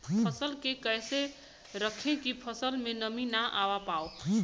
फसल के कैसे रखे की फसल में नमी ना आवा पाव?